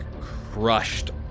crushed